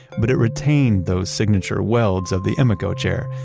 but it retained those signature welds of the emeco chair,